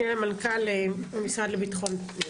המשנה למנכ"ל המשרד לביטחון הפנים,